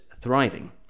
thriving